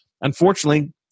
Unfortunately